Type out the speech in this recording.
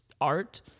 art